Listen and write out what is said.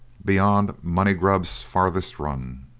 beyond moneygrub's farthest run.